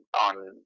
on